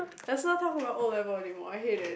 let's not talk about O-level anymore I hate it